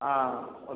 ஆ okay